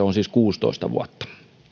on siis kuusitoista vuotta